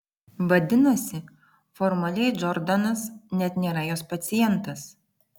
vadinasi formaliai džordanas net nėra jos pacientas